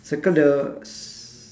circle the s~